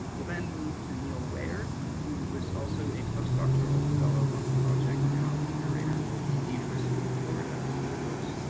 we'll then move to neil weijer who was also a postdoctoral fellow on the project now a curator at the university of florida of rare books.